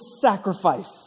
sacrifice